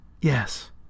Yes